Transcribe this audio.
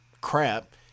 crap